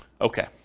Okay